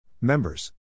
Members